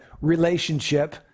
relationship